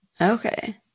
Okay